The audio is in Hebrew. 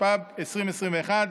התשפ"ב 2021,